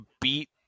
beat